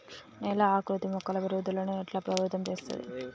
నేల ఆకృతి మొక్కల పెరుగుదలను ఎట్లా ప్రభావితం చేస్తది?